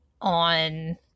on